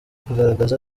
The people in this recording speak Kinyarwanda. kugaragara